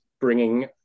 bringing